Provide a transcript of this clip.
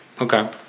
Okay